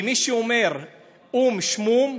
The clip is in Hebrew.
ומי שאומר "או"ם שמום",